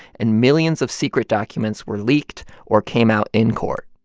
and millions of secret documents were leaked or came out in court